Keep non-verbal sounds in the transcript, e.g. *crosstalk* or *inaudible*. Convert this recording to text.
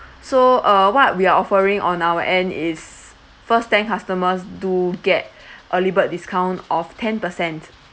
so uh what we're offering on our end is first ten customers do get *breath* early bird discount of ten percent